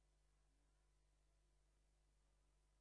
ביישובי